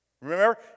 Remember